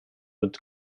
mit